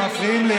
מפריעים לי,